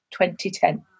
2010